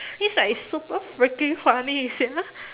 it's like super freaking funny sia